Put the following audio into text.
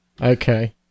okay